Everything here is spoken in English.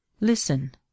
listen